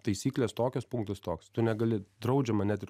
taisyklės tokios punktas toks tu negali draudžiama net ir